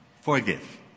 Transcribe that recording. forgive